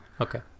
Okay